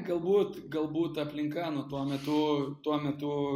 galbūt galbūt aplinka nu tuo metu tuo metu